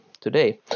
today